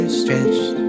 stretched